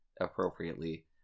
appropriately